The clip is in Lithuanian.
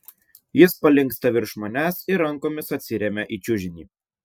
jis palinksta virš manęs ir rankomis atsiremia į čiužinį